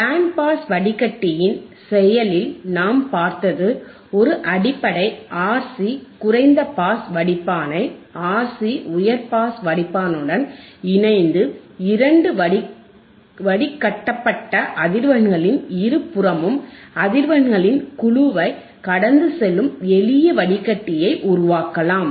pant pass வடிகட்டியின் செயலில் நாம் பார்த்தது ஒரு அடிப்படை RC குறைந்த பாஸ் வடிப்பானை RC உயர் பாஸ் வடிப்பானுடன் இணைத்து இரண்டு வடிகட்டப்பட்ட அதிர்வெண்களின் இருபுறமும் அதிர்வெண்களின் குழுவைக் கடந்து செல்லும் எளிய வடிகட்டியை உருவாக்கலாம்